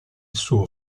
suo